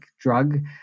drug